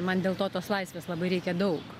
man dėl to tos laisvės labai reikia daug